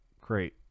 Great